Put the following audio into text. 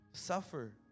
Suffer